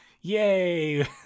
Yay